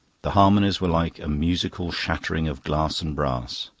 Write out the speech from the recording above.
the harmonies were like a musical shattering of glass and brass.